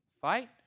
fight